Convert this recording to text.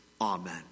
Amen